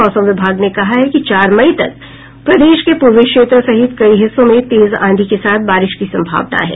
मौसम विभाग ने कहा है कि चार मई तक प्रदेश के पूर्वी क्षेत्र सहित कई हिस्सों में तेज आंधी के साथ बारिश की संभावना है